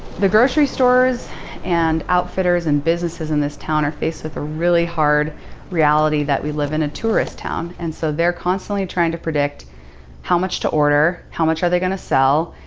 the grocery stores and outfitters, and businesses in this town are faced with a really hard reality that we live in a tourist town, and so they're constantly trying to predict how much to order, order, how much are they going to sell,